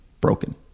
broken